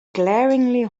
glaringly